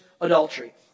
adultery